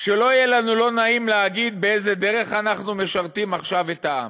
שלא יהיה לנו לא נעים להגיד באיזו דרך אנחנו משרתים עכשיו את העם,